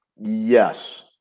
Yes